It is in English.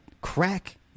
crack